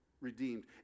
redeemed